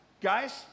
Guys